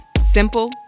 Simple